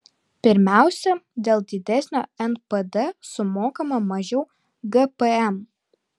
pirmiausia dėl didesnio npd sumokama mažiau gpm